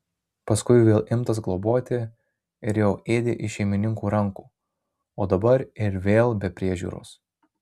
paskui vėl imtas globoti ir jau ėdė iš šeimininkų rankų o dabar ir vėl be priežiūros